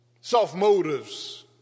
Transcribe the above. Self-motives